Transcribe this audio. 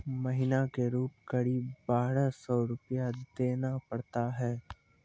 महीना के रूप क़रीब बारह सौ रु देना पड़ता है?